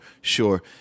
sure